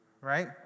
right